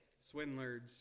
swindlers